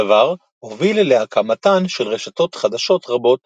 הדבר הוביל להקמתן של רשתות חדשות רבות